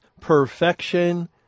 perfection